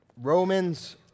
Romans